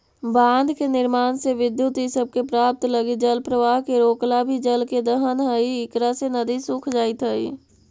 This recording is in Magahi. बाँध के निर्माण से विद्युत इ सब के प्राप्त लगी जलप्रवाह के रोकला भी जल के दोहन हई इकरा से नदि सूख जाइत हई